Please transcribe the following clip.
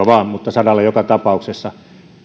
sadalla joka tapauksessa